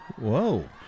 Whoa